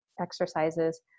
exercises